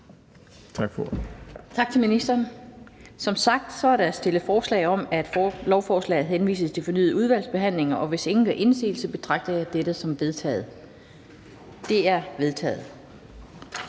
Tak til ministeren. Som sagt er der stillet forslag om, at lovforslaget henvises til fornyet udvalgsbehandling. Og hvis ingen gør indsigelse, betragter jeg dette som vedtaget. Det er vedtaget.